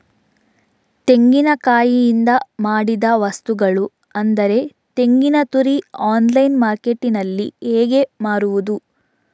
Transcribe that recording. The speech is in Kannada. ತೆಂಗಿನಕಾಯಿಯಿಂದ ಮಾಡಿದ ವಸ್ತುಗಳು ಅಂದರೆ ತೆಂಗಿನತುರಿ ಆನ್ಲೈನ್ ಮಾರ್ಕೆಟ್ಟಿನಲ್ಲಿ ಹೇಗೆ ಮಾರುದು?